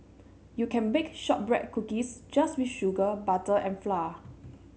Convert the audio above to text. you can bake shortbread cookies just with sugar butter and flour